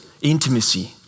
intimacy